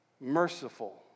merciful